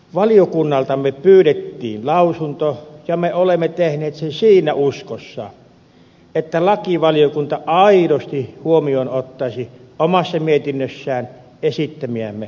valiokunnaltamme pyydettiin lausunto ja me olemme tehneet sen siinä uskossa että lakivaliokunta aidosti ottaisi huomioon omassa mietinnössään esittämiämme asioita